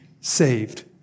saved